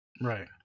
right